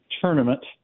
tournament